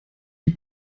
die